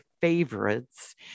favorites